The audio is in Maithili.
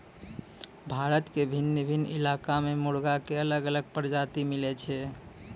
भारत के भिन्न भिन्न इलाका मॅ मुर्गा के अलग अलग प्रजाति मिलै छै